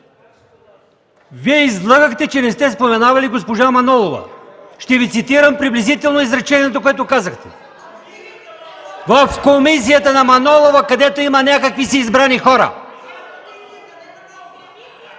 Вие излъгахте, че не сте споменавали госпожа Манолова. Ще Ви цитирам приблизително изречението, което казахте: „В комисията на Манолова, където има някакви си избрани хора“!